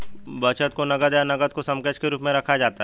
बचत को नकद या नकद समकक्ष के रूप में रखा जाता है